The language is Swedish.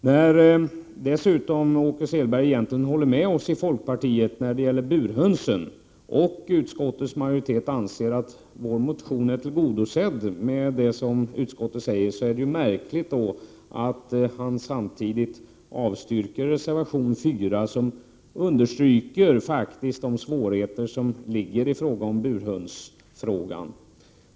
Eftersom Åke Selberg egentligen håller med oss i folkpartiet i fråga om burhönsen, och utskottsmajoriteten anser att vår motion är tillgodosedd med det utskottet säger, är det märkligt att han samtidigt avstyrker reservation 4, där man stryker under de svårigheter som finns i burhönsfrågan.